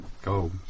go